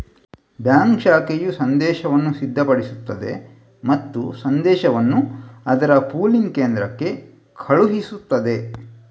bank ಶಾಖೆಯು ಸಂದೇಶವನ್ನು ಸಿದ್ಧಪಡಿಸುತ್ತದೆ ಮತ್ತು ಸಂದೇಶವನ್ನು ಅದರ ಪೂಲಿಂಗ್ ಕೇಂದ್ರಕ್ಕೆ ಕಳುಹಿಸುತ್ತದೆ